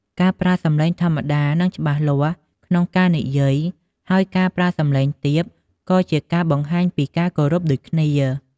ការប្រើសំឡេងធម្មតា និង ច្បាស់លាស់ក្នុងការនិយាយ ហើយការប្រើសំឡេងទាបក៏ជាការបង្ហាញពីការគោរពដូចគ្នា។